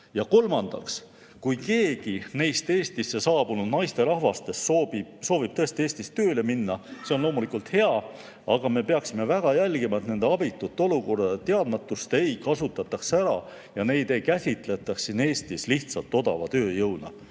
Ja kolmandaks, kui keegi neist Eestisse saabunud naisterahvastest soovib tõesti Eestis tööle minna, siis on see loomulikult hea, aga me peaksime väga jälgima, et nende abitut olukorda ja teadmatust ei kasutataks ära ja neid ei käsitletaks siin Eestis lihtsalt odava tööjõuna.